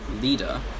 leader